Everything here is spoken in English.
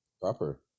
Proper